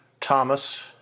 Thomas